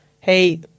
Hey